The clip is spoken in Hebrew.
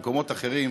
במקומות אחרים,